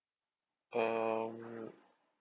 um